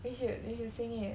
you should you should sing it